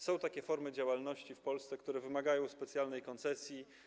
Są takie formy działalności w Polsce, które wymagają specjalnej koncesji.